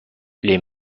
les